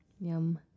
Yum